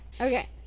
Okay